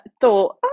thought